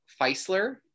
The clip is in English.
Feisler